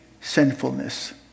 sinfulness